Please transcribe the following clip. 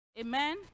Amen